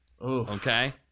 Okay